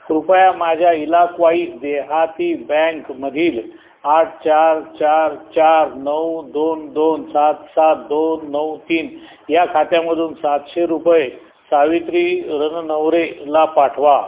कृपया माझ्या इलाक्वाई देहाती बँकमधील आठ चार चार चार नऊ दोन दोन सात सात दोन नऊ तीन या खात्यामधून सातशे रुपये सावित्री रननवरेला पाठवा